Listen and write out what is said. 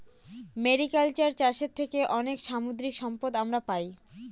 mariculture চাষের থেকে অনেক সামুদ্রিক সম্পদ আমরা পাই